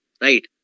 Right